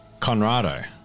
Conrado